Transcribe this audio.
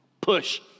push